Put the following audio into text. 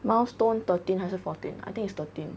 milestone thirteen 还是 fourteen I think it's thirteen